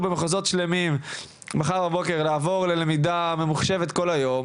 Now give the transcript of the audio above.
במחוזות מסוימים שלמים מחר בבוקר לעבור ללמידה ממוחשבת כל היום